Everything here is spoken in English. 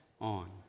on